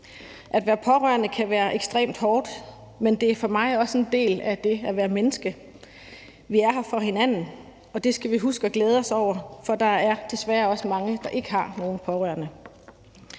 At være pårørende kan være ekstremt hårdt, men det er for mig også en del af det at være menneske. Vi er her for hinanden, og det skal vi huske at glæde os over, for der er desværre også mange, der ikke har nogen pårørende.